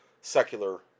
secular